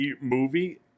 movie